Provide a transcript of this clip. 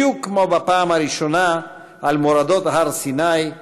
בדיוק כמו בפעם הראשונה, על מורדות הר סיני: